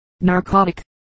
narcotic